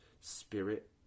spirit